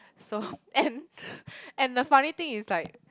so and and the funny thing is like